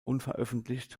unveröffentlicht